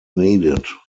needed